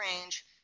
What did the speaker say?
range